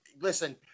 Listen